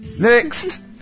Next